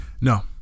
No